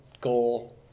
goal